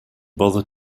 bother